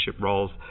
roles